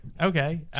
okay